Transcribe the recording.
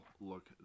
look